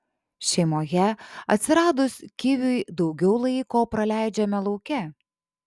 šeimoje atsiradus kiviui daugiau laiko praleidžiame lauke